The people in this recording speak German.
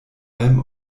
allem